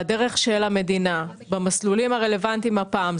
והדרך של המדינה במסלולים הרלוונטיים הפעם,